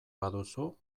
baduzu